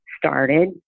started